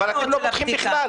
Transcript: אבל אתם לא פותחים בכלל.